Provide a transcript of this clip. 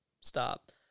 stop